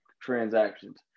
transactions